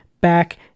back